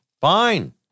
fine